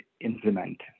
implement